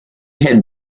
had